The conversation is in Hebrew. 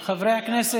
מחייב.